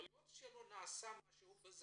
יכול להיות שלא נעשה בזדון,